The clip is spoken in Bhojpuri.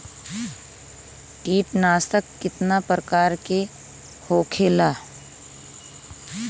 कीटनाशक कितना प्रकार के होखेला?